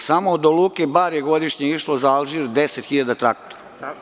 Samo do luke Bar je godišnje išlo za Alžir 10 hiljada traktora.